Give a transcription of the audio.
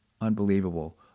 Unbelievable